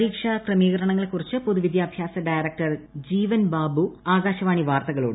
പരീക്ഷാ ക്രമീകരണങ്ങളെക്കുറിച്ച് പൊതുവിദ്യാഭ്യാസ ഡയറക്ടർ ജീവൻ ബാബു ആകാശവാണി വാർത്തകളോട്